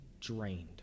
drained